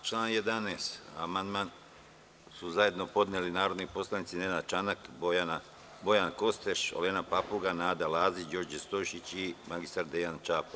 Na član 11. amandman su zajedno podneli narodni poslanici Nenada Čanak, Bojan Kostreš, Olena Papuga, Nada Lazić, Đorđe Stojšić i magistar Dejan Čapo.